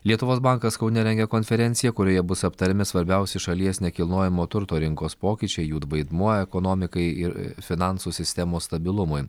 lietuvos bankas kaune rengia konferenciją kurioje bus aptariami svarbiausi šalies nekilnojamo turto rinkos pokyčiai jų vaidmuo ekonomikai ir finansų sistemos stabilumui